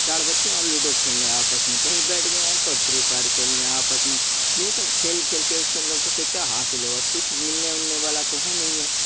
چار بچے اور لوڈو کھیل رہے ہیں آپس میں کہیں بیٹھ گئے اور فری فائر کھیل رہے ہیں آپس میں یہ سب کھیل کھیل کے اس سے لوگوں سے کیا حاصل ہوگا کچھ ملنے النے والا تو ہے نہیں ہے